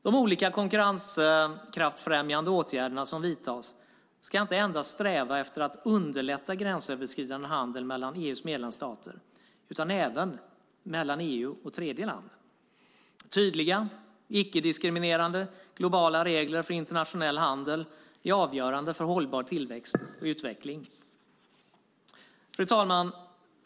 De olika konkurrenskraftsfrämjande åtgärder som vidtas ska inte endast sträva efter att underlätta gränsöverskridande handel mellan EU:s medlemsstater utan även mellan EU och tredjeland. Tydliga icke-diskriminerande globala regler för internationell handel är avgörande för hållbar tillväxt och utveckling. Fru talman!